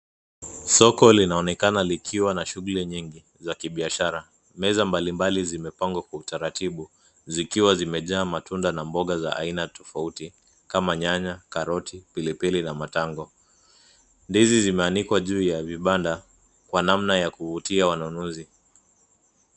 Soko linaonekana likiwa na shughuli nyingi za kibiashara. Meza mbalimbali zimepangwa kwa utaratibu zikiwa zimejaa matunda na mboga za aina tofauti kama nyanya, karoti, pilipili na matango. Ndizi zimeanikwa juu ya ya vibanda kwa namna ya kuvutia wanunuzi.